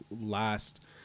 last